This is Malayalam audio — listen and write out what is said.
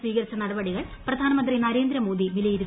സ്വീകരിച്ചു നടപടികൾ പ്രധാനമന്ത്രി നരേന്ദ്രമോദി വിലയിരുത്തി